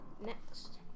Next